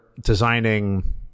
designing